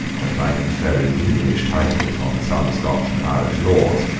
and by conferring english titles on some scotch and irish lords,